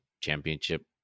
championship